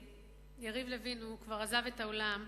יריב לוין כבר עזב את האולם,